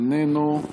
איננו,